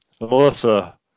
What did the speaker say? Melissa